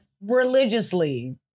religiously